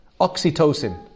oxytocin